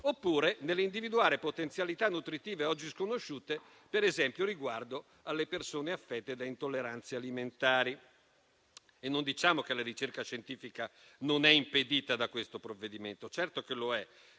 oppure nell'individuare potenzialità nutritive oggi sconosciute, per esempio con riguardo alle persone affette da intolleranze alimentari. E non diciamo che la ricerca scientifica non è impedita da questo provvedimento. Certo che lo è.